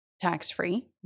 tax-free